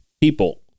people